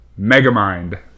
Megamind